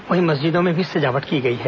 वहीं मस्जिदों में भी सजावट की गई है